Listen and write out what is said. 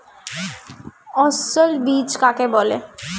অসস্যল বীজ কাকে বলে?